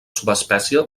subespècie